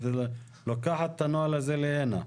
את לוקחת את הנוהל הזה להנה.